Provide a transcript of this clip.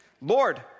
Lord